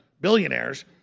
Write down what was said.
billionaires